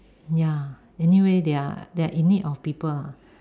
ya anyway they're they're in need of people lah